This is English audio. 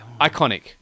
iconic